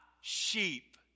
sheep